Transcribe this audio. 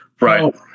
Right